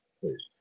please